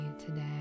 today